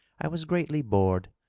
i was greatly bored,